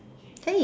hey